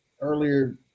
earlier